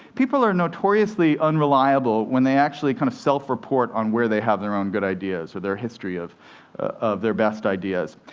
people are notoriously unreliable when they actually kind of self-report on where they have their own good ideas, or their history of of their best ideas.